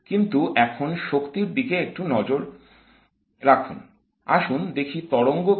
কিন্তু এখন শক্তির দিকে একটু নজর রখুন আসুন দেখি তরঙ্গ কী